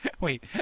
Wait